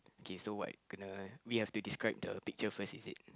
okay so what kena we have to describe the picture first is it